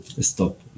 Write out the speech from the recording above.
stop